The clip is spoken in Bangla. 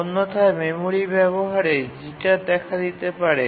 অন্যথায় মেমরি ব্যাবহারের ক্ষেত্রে জিটার দেখা দিতে পারে